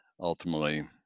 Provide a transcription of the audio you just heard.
ultimately